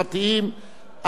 השר משה כחלון.